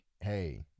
hey